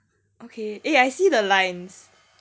okay eh I see the lines